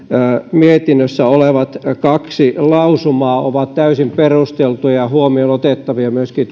mietinnössä olevat kaksi lausumaa ovat täysin perusteltuja ja huomioon otettavia myöskin